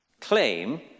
claim